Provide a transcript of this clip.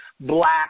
black